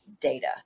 data